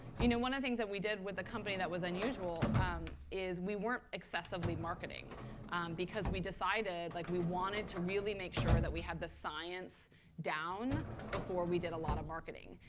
you know one of the things that we did with the company that was unusual is we weren't excessively marketing because we decided like we wanted to really make sure that we had the science down before we did a lot of marketing.